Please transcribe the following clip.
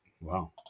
Wow